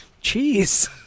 cheese